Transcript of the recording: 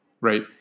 Right